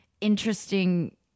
interesting